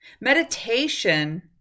Meditation